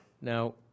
Now